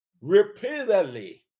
repeatedly